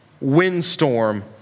windstorm